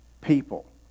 people